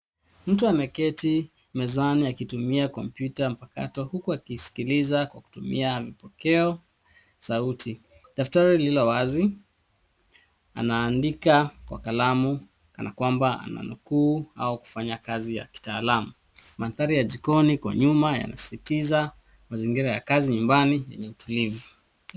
Mtu ameketi mezani akitumia kompyuta mpakato huku akisikiliza kwa kutumia mpokeo sauti. Daftari lililo wazi, anaandika kwa kalamu kana kwamba ananuku au kufanya kazi ya kitaalamu. Mandhari ya jikoni iko nyuma yanasisitiza mazingira ya kazi nyumbani yenye utulivu.